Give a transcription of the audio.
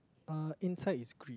uh inside is green